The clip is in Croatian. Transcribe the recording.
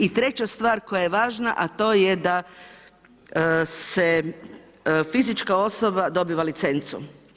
I treća stvar koja je važna, a to je da se fizička osoba dobiva licencu.